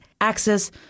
access